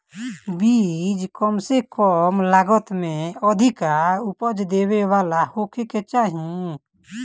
बीज कम से कम लागत में अधिका उपज देवे वाला होखे के चाही